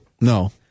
No